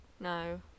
No